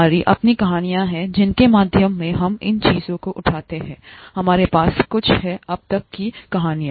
हमारी अपनी कहानियां हैं जिनके माध्यम से हम इन चीजों को उठाते हैंहमारे पास कुछ है अब तक की कहानियाँ